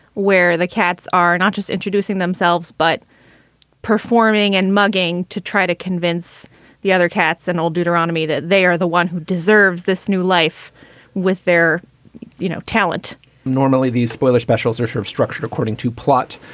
where the cats are not just introducing themselves, but performing and mugging to try to convince the other cats and all deuteronomy that they are the one who deserves this new life with their you know talent normally, these spoiler specials are sure of structured according to plot.